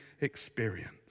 experience